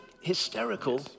hysterical